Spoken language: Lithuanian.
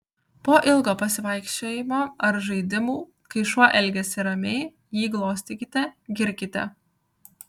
po ilgo pasivaikščiojimo ar žaidimų kai šuo elgiasi ramiai jį glostykite girkite